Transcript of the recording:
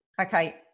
Okay